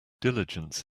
diligence